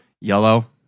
Yellow